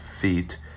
feet